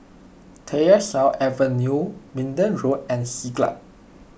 Tyersall Avenue Minden Road and Siglap